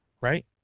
right